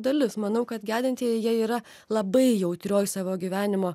dalis manau kad gedintieji jie yra labai jautrioj savo gyvenimo